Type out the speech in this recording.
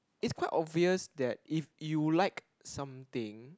is quite obvious that if you would like something